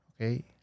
okay